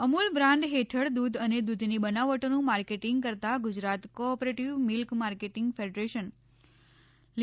Amul brand હેઠળ દૂધ અને દૂધની બનાવટોનું માર્કેટિંગ કરતાં Gujarat cooperative milk marketing federation લિ